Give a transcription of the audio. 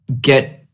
get –